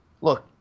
look